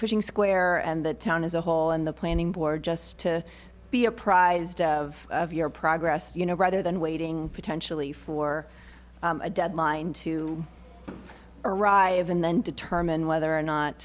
sing square and the town as a whole in the planning board just to be apprised of your progress you know rather than waiting potentially for a deadline to arrive and then determine whether or not